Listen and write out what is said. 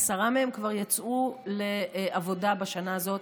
עשרה מהם כבר יצאו לעבודה בשנה הזאת,